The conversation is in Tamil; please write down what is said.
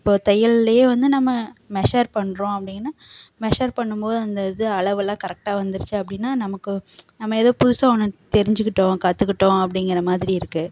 இப்போ தையல்லே வந்து நம்ம மெஷர் பண்ணுறோம் அப்படினா மெஷர் பண்ணும் போது அந்த இது அளவெல்லாம் கரெக்டாக வந்துடுச்சி அப்படினா நமக்கு நம்ம ஏதோ புதுசாக ஒன்று தெரிஞ்சுக்கிட்டோம் கற்றுக்கிட்டோம் அப்படிங்கிற மாதிரி இருக்கு